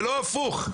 ולא הפוך,